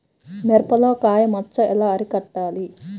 మిరపలో కాయ మచ్చ ఎలా అరికట్టాలి?